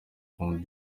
from